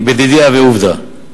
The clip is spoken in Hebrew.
בדידי הווה עובדא.